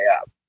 up